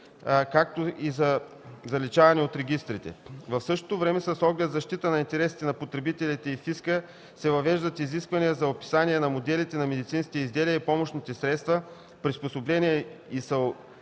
както и за заличаване от регистрите. В същото време с оглед защита интересите на потребителите и фиска се въвеждат изисквания за описание на моделите на медицинските изделия и помощните средства, приспособления и съоръжения;